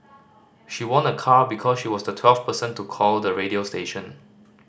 she won a car because she was the twelfth person to call the radio station